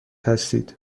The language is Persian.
هستید